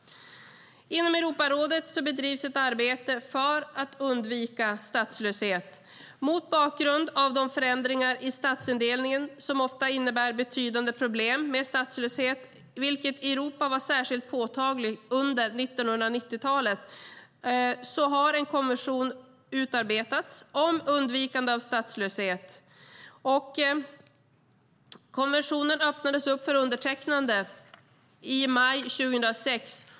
Inom Europarådet bedrivs ett arbete för att undvika statslöshet. Mot bakgrund av de förändringar i statsindelningen som ofta innebär betydande problem med statslöshet - det var särskilt påtagligt i Europa under 1990-talet - har en konvention utarbetats om undvikande av statslöshet. Konventionen öppnades för undertecknande i maj 2006.